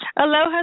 Aloha